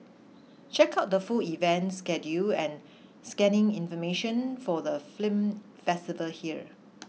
check out the full event schedule and scanning information for the film festival here